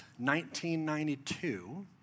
1992